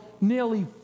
nearly